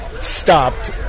stopped